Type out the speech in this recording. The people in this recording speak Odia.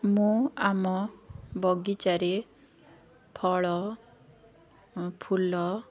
ମୁଁ ଆମ ବଗିଚାରେ ଫଳ ଫୁଲ